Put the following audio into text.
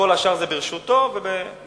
כל השאר זה ברשותו ולהנאתו.